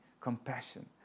compassion